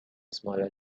smaller